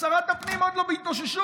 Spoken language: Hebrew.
שרת הפנים עוד לא בהתאוששות,